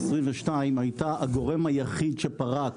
22' הייתה הגורם היחיד שפרק.